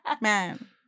man